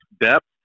depth